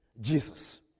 Jesus